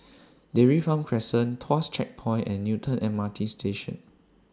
Dairy Farm Crescent Tuas Checkpoint and Newton M R T Station